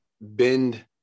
bend